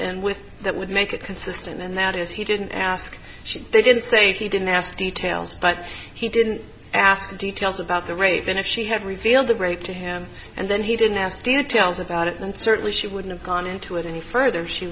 and with that would make it consistent and that is he didn't ask she didn't say he didn't ask details but he didn't ask the details about the rape than if she had revealed the break to him and then he didn't ask details about it and certainly she wouldn't have gone into it any further she